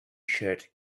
tshirt